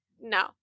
no